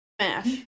Smash